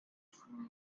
film